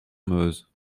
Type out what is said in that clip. meuse